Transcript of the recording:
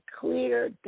clear